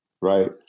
right